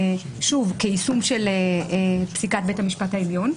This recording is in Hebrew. כיישום של פסיקת בית המשפט העליון.